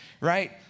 right